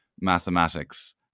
mathematics